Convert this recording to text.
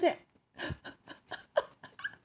that